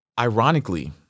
ironically